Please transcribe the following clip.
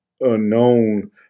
unknown